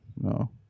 No